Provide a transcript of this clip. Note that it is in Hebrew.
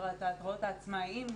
התיאטראות העצמאיים,